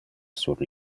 sur